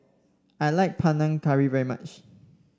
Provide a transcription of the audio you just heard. I like Panang Curry very much